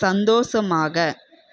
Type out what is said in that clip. சந்தோஷமாக